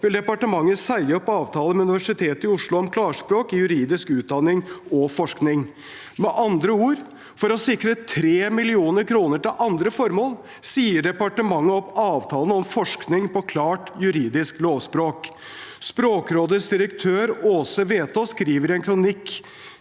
vil departementet seie opp avtala med UiO om Klart språk i juridisk utdanning og forsking.» Med andre ord: For å sikre 3 mill. kr til andre formål sier departementet opp avtalen om forskning på klart juridisk lovspråk. Språkrådets direktør Åse Wetås skriver i en kronikk